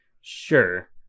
Sure